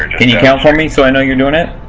can you count for me so i know you're doing it?